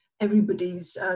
everybody's